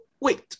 wait